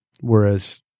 whereas